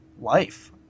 life